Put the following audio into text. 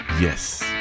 yes